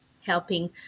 helping